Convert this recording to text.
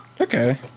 Okay